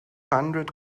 hundred